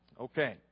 Okay